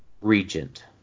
Regent